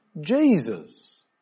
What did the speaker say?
Jesus